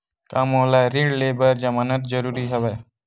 का मोला ऋण ले बर जमानत जरूरी हवय?